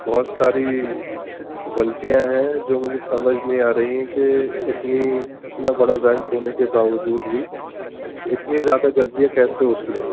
بہت ساری غلطیاں ہیں جو مجھے سمجھ نہیں آرہی ہیں کہ اتنی اتنا بڑا بینک ہونے کے باوجود بھی اتنی زیادہ غلطیاں کیسے ہوتی ہیں